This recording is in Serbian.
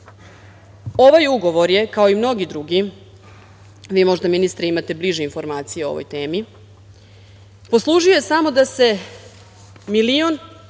ovaj ugovor je, kao i mnogi drugi, možda, vi ministre, imate bliže informacije o ovoj temi, poslužio je samo da se 1.200.000